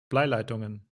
bleileitungen